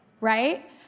right